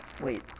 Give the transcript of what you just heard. Wait